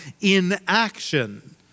inaction